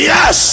Yes